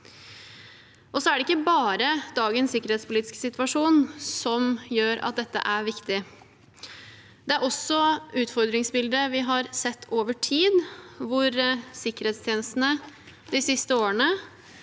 Det er ikke bare dagens sikkerhetspolitiske situasjon som gjør at dette er viktig. Det er også utfordringsbildet vi har sett over tid, der sikkerhetstjenestene de siste årene